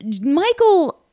Michael